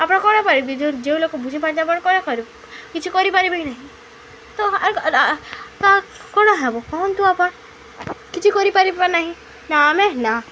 ଆପଣ କ'ଣ ପାରିବେ ଯେଉଁ ଲୋକ ବୁଝିପାରନ୍ତି ଆପଣ କ'ଣ କିଛି କରିପାରିବେ ନାହିଁ ତ ତା' କ'ଣ ହେବ କହନ୍ତୁ ଆପଣ କିଛି କରିପାରିବ ନାହିଁ ନା ଆମେ ନା